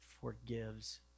forgives